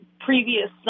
previous